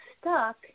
stuck